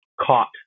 caught